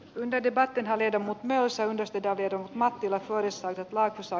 lebedeva tenho vedonnut näissä yhdistetään viedä mattila porissa ja lapissa